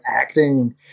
acting